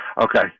Okay